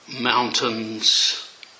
mountains